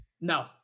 No